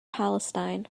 palestine